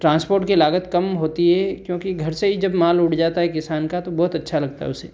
transport की लागत कम होती है क्योंकि घर से ही जब माल उठ जाता है किसान का तो बहुत अच्छा लगता है उसे